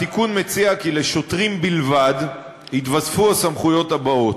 התיקון מציע כי לשוטרים בלבד יתווספו הסמכויות האלה: